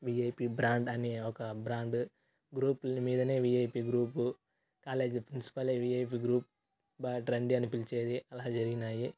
VIP brand అనే ఒక brand గ్రూపుల్ని మీదనే వీఐపీ గ్రూపు కాలేజి ప్రిన్సిపలె వీఐపీ గ్రూప్ బా ఇటు రండి అని పిలిచేది అలా జరిగినాయి